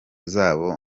zabo